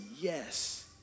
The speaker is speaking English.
yes